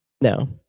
No